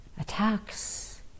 attacks